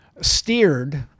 steered